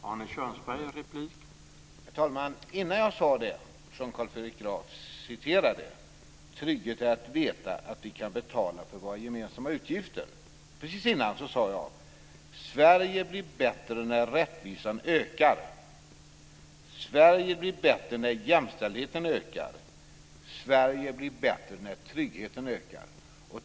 Herr talman! Just innan jag sade det som Carl Fredrik Graf återgav - trygghet är att veta att vi kan betala för våra gemensamma utgifter - sade jag: Sverige blir bättre när rättvisan ökar. Sverige blir bättre när jämställdheten ökar. Sverige blir bättre när tryggheten ökar.